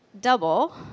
double